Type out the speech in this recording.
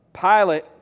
Pilate